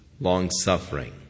long-suffering